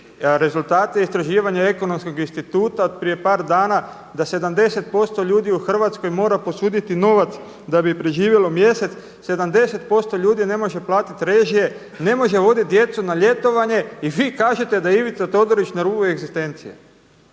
rezultate istraživanja Ekonomskog instituta od prije par dana da 70% ljudi u Hrvatskoj mora posuditi novac da bi preživjelo mjesec. 70% ljudi ne može platiti režije, ne može vodit djecu na ljetovanje i vi kažete da je Ivica Todorić na rubu egzistencije.